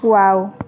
wow